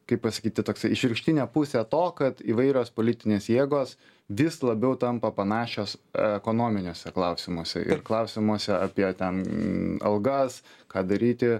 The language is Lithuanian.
kaip pasakyti toks išvirkštinė pusė to kad įvairios politinės jėgos vis labiau tampa panašios ekonominiuose klausimuose ir klausimuose apie ten algas ką daryti